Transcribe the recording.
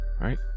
Right